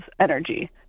energy